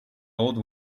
old